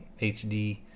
HD